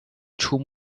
出没